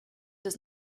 does